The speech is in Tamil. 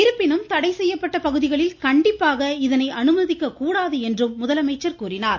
இருப்பினும் தடை செய்யப்பட்ட பகுதிகளில் கண்டிப்பாக இதனை அனுமதிக்க கூடாது என்றும் அவர் தெரிவித்தார்